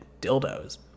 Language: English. dildos